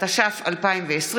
התש"ף 2020,